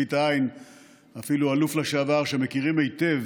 בזווית העין אפילו אלוף לשעבר, שמכירים היטב